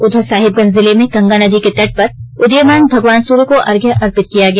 उधर साहिबगंज जिले में गंगा नदी के तट पर उदीयमान भगवान सूर्य को अर्घ्य अर्पित किया गया